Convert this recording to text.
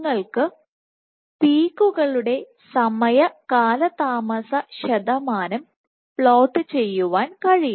നിങ്ങൾക്ക് പീക്കുകളുടെ സമയ കാലതാമസ ശതമാനം പ്ലോട്ട് ചെയ്യാൻ കഴിയും